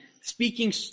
speaking